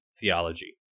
theology